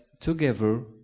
together